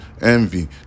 envy